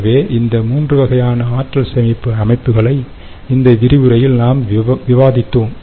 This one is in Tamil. எனவே இந்த 3 வகையான ஆற்றல் சேமிப்பு அமைப்புகளை இந்த விரிவுரையில்நாம் விவாதித்தோம்